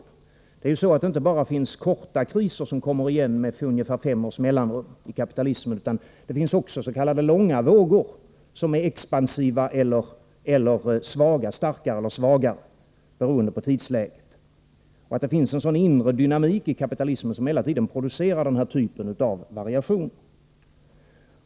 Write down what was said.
Kapitalismen karakteriseras ju inte bara av korta kriser, som återkommer med ungefär fem års mellanrum, utan också av långa vågor, som beroende på tidsläget är starka eller svaga. Det finns en inneboende dynamik i kapitalismen, som hela tiden producerar den här typen av variationer.